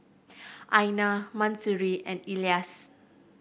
Aina Mahsuri and Elyas